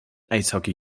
eishockey